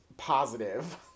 positive